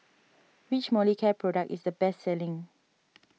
which Molicare product is the best selling